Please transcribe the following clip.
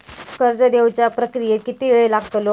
कर्ज देवच्या प्रक्रियेत किती येळ लागतलो?